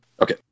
Okay